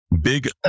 big